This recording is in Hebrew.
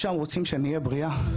שם רוצים שאני אהיה בריאה.